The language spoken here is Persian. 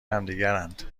همدیگرند